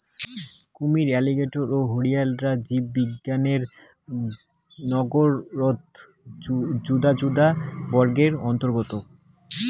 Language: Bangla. কুমীর, অ্যালিগেটর ও ঘরিয়ালরা জীববিজ্ঞানের নজরত যুদা যুদা বর্গের অন্তর্গত